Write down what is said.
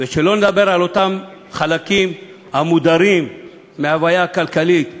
שלא לדבר על אותם חלקים שמודרים מההוויה הכלכלית והישראלית.